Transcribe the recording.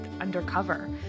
undercover